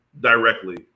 directly